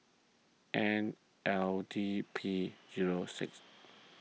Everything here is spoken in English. N L D P zero six